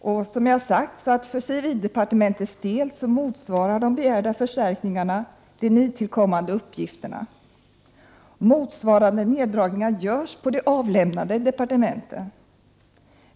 Som jag redan sagt motsvarar för civildepartementets del de begärde förstärkningarna de nytillkommande uppgifterna. Motsvarande neddragningar görs på de avlämnande departementen.